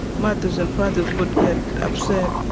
mothers and fathers would get upset,